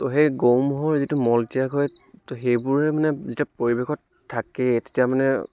ত' সেই গৰু ম'হৰ যিটো মল ত্যাগ হয় ত' সেইবোৰে মানে যেতিয়া পৰিৱেশত থাকে তেতিয়া মানে